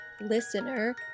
listener